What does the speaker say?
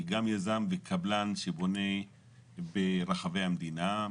אני גם יזם וקבלן שבונה ברחבי המדינה,